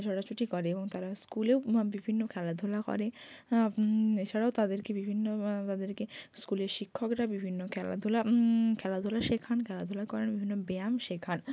ছোটাছুটি করে এবং তারা স্কুলেও বিভিন্ন খেলাধূলা করে এছাড়াও তাদেরকে বিভিন্ন তাদেরকে স্কুলের শিক্ষকরা বিভিন্ন খেলাধূলা খেলাধূলা শেখান খেলাধূলা করান বিভিন্ন ব্যায়াম শেখান